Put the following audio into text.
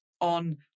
on